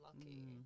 lucky